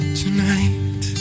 tonight